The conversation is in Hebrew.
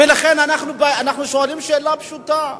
לכן אנחנו שואלים שאלה פשוטה: